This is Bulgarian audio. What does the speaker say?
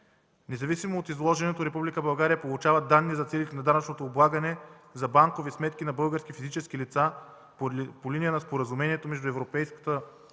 Независимо от изложеното, Република България получава данни за целите на данъчното облагане за банкови сметки на български физически лица по линия на споразумението между Европейската общност